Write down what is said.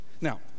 Now